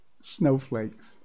snowflakes